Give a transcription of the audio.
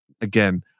again